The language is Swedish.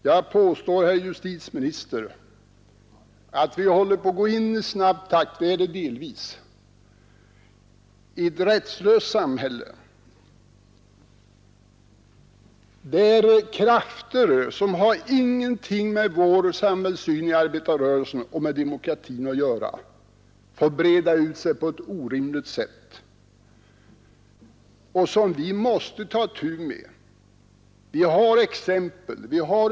Jag påstår, herr justitieminister, att vi håller på att i snabb takt — vi är där redan delvis — gå in i ett rättslöst samhälle, där krafter som inte har någonting med vår samhällssyn i arbetarrörelsen och demokratin att göra får breda ut sig på ett orimligt sätt. Vi måste ta itu med dem. Vi har exempel i USA.